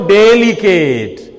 delicate